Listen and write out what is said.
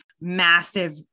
massive